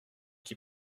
qui